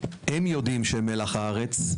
הם יודעים שהם מלח הארץ.